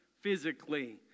physically